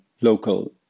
Local